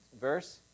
verse